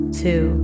two